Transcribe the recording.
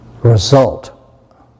result